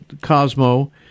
Cosmo –